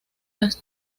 las